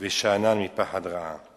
ושאנן מפחד רעה".